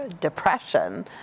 depression